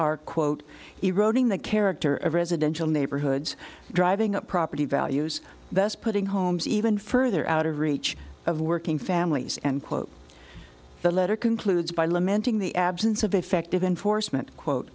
are quote eroding the character of residential neighborhoods driving up property values thus putting homes even further out of reach of working families and quote the letter concludes by lamenting the absence of effective enforcement quote